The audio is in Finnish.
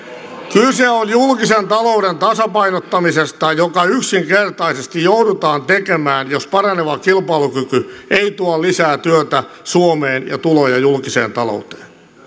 kyse on julkisen talouden tasapainottamisesta joka yksinkertaisesti joudutaan tekemään jos paraneva kilpailukyky ei tuo lisää työtä suomeen ja tuloja julkiseen talouteen